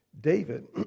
David